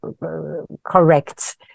correct